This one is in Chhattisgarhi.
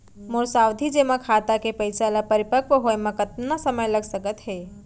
मोर सावधि जेमा खाता के पइसा ल परिपक्व होये म कतना समय लग सकत हे?